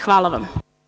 Hvala vam.